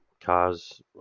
cars